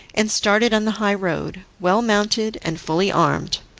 and started on the high road, well mounted and fully armed.